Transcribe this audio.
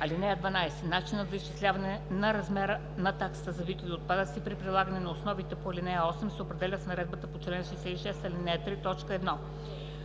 (12) Начинът за изчисляване на размера на таксата за битови отпадъци при прилагане на основите по ал. 8 се определя с наредбата по чл. 66, ал. 3, т. 1.